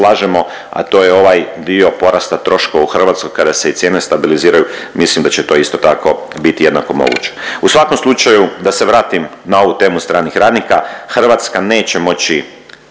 a to je ovaj dio porasta troškova u Hrvatskoj kada se i cijene stabiliziraju. Mislim da će to isto tako biti jednako moguće. U svakom slučaju da se vratim na ovu temu stranih radnika, Hrvatska neće moći